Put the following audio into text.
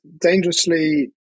dangerously